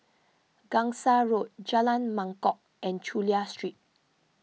Gangsa Road Jalan Mangkok and Chulia Street